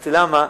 אמרתי: למה?